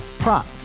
Prop